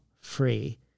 free